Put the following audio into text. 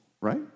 right